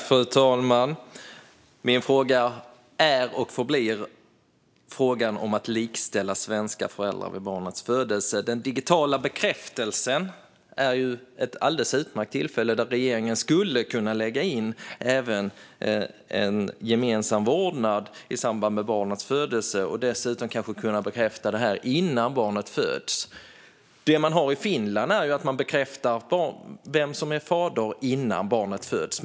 Fru talman! Min fråga handlar fortfarande om att likställa svenska föräldrar vid barnets födelse. Den digitala bekräftelsen är ett alldeles utmärkt tillfälle för regeringen att se till att det blir möjligt för föräldrarna att även lägga in uppgifter om en gemensam vårdnad i samband med barnets födelse och att kanske kunna göra det innan barnet föds. I Finland bekräftar man vem som är fader innan barnet föds.